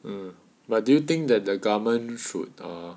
mm but do you think that the government should err